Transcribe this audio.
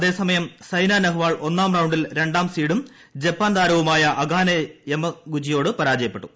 അതേസമയം സൈന നെഹ്വാൾ ഒന്നാം റൌണ്ടിൽ രണ്ടാം സീഡും ജപ്പാൻ താരവുമായ അകാനെ യമഗുചിയോട് പരാജയപ്പെട്ടു